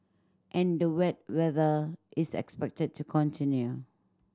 and the wet weather is expected to continue